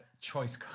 choice